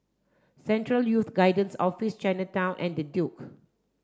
Central Youth Guidance Office Chinatown and The Duke